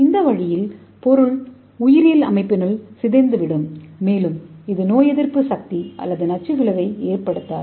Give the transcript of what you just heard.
இந்த வழியில் பொருள் உயிரியல் அமைப்பினுள் சிதைந்துவிடும் மேலும் இது நோயெதிர்ப்பு பதில் அல்லது நச்சு விளைவை ஏற்படுத்தாது